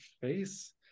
face